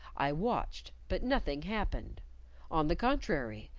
i watched, but nothing happened on the contrary,